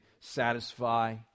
satisfy